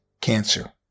cancer